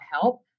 help